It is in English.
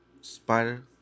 Spider